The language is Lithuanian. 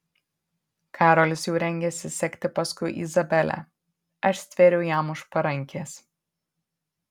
karolis jau rengėsi sekti paskui izabelę aš stvėriau jam už parankės